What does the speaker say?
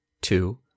Two